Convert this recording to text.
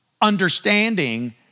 understanding